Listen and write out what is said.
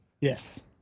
Yes